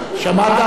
שמעת?